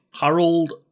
Harold